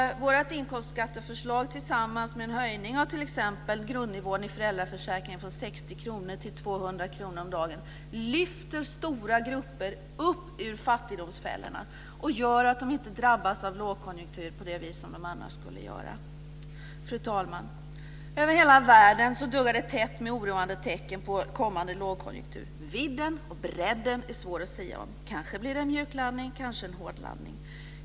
Vårt inkomstskatteförslag tillsammans med en höjning av t.ex. grundnivån i föräldraförsäkringen från 60 kr till 200 kr om dagen lyfter stora grupper upp ur fattigdomsfällorna och gör att de inte drabbas av lågkonjunktur på det vis som de annars skulle göra. Fru talman! Över hela världen duggar det tätt med oroande tecken på kommande lågkonjunktur. Vidden och bredden är svår att sia om. Kanske blir det en mjuklandning, kanske blir det en hårdlandning.